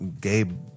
Gabe